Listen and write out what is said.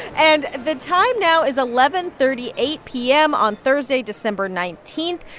and the time now is eleven thirty eight p m. on thursday, december nineteen.